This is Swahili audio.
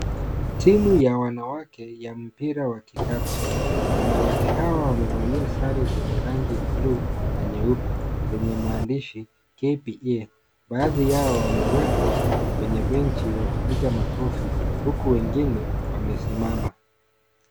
Timu ya wanawake wa mpira wa kikapu. Wanawake hao wamevalia sare zenye rangi ya blue na nyeupe zenye maandishi KPA. Baadhi yao wamewekwa kwenye benchi wakipiga makofi huku wengine wamesimama.